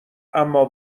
اما